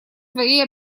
своей